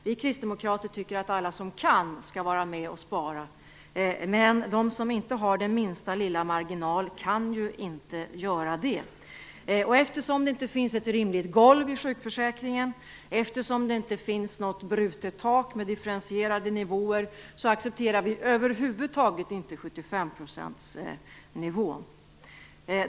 Vi kristdemokrater tycker att alla som kan skall vara med och spara, men de som inte har den minsta lilla marginal kan ju inte gör det. Eftersom det inte finns ett rimligt golv i sjukförsäkringen och eftersom det inte finns ett brutet tak med differentierade nivåer, accepterar vi över huvud taget inte 75-procentsnivån.